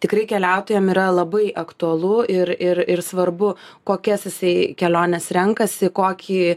tikrai keliautojam yra labai aktualu ir ir ir svarbu kokias jisai keliones renkasi kokį